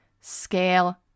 scale